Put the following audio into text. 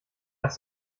das